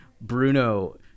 Bruno